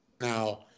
now